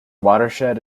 watershed